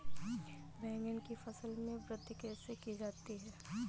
बैंगन की फसल में वृद्धि कैसे की जाती है?